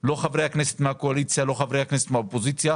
לא חברי הכנסת מהקואליציה ולא חברי הכנסת מהאופוזיציה,